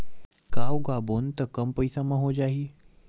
का उगाबोन त कम पईसा म हो जाही?